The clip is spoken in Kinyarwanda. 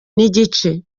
n’igice